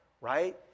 right